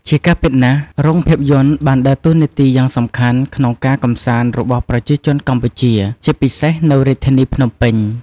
ជាការពិតណាស់ រោងភាពយន្តបានដើរតួនាទីយ៉ាងសំខាន់ក្នុងការកម្សាន្តរបស់ប្រជាជនកម្ពុជា ជាពិសេសនៅរាជធានីភ្នំពេញ។